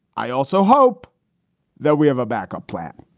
i also hope that we have a backup plan.